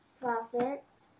prophets